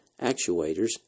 actuators